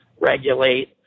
regulate